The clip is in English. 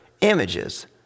images